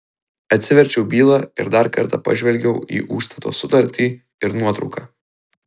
atsiverčiau bylą ir dar kartą pažvelgiau į užstato sutartį ir nuotrauką